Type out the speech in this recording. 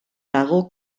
dago